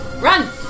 Run